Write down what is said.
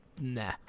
nah